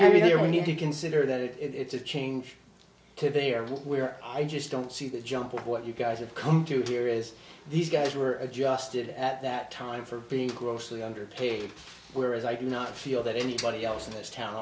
clear when you consider that it's a change to there where i just don't see the jump what you guys have come to here is these guys were adjusted at that time for being grossly underpaid whereas i do not feel that anybody else in this town